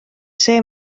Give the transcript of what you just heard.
see